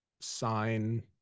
sign